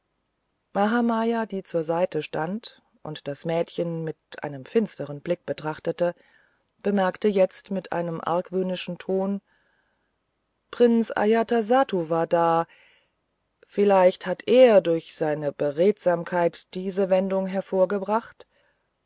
mahamaya die zur seite stand und das mädchen mit einem finsteren blick betrachtete bemerkte jetzt mit einem argwöhnischen ton prinz ajatasattu war da vielleicht hat er durch seine beredsamkeit diese wendung hervorgebracht